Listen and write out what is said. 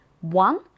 one